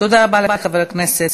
תודה רבה לחבר הכנסת